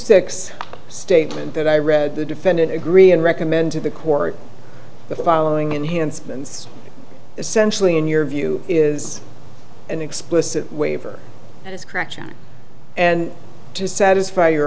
six statement that i read the defendant agree and recommend to the court the following in hands and essentially in your view is an explicit waiver and is correction and to satisfy your